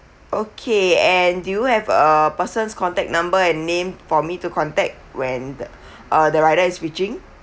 okay and do you have a person's contact number and name for me to contact when the uh rider is reaching